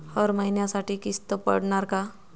हर महिन्यासाठी किस्त पडनार का?